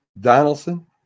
Donaldson